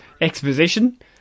exposition